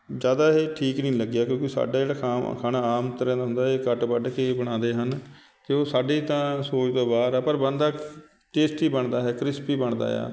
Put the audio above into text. ਜ਼ਿਆਦਾ ਇਹ ਠੀਕ ਨਹੀਂ ਲੱਗਿਆ ਕਿਉਂਕਿ ਸਾਡਾ ਜਿਹੜਾ ਖਾਂ ਖਾਣਾ ਆਮ ਤਰ੍ਹਾਂ ਦਾ ਹੁੰਦਾ ਇਹ ਕੱਟ ਵੱਢ ਕੇ ਬਣਾਉਂਦੇ ਹਨ ਅਤੇ ਉਹ ਸਾਡੇ ਤਾਂ ਸੋਚ ਤੋਂ ਬਾਹਰ ਆ ਪਰ ਬਣਦਾ ਟੇਸਟੀ ਬਣਦਾ ਹੈ ਕ੍ਰਿਸਪੀ ਬਣਦਾ ਆ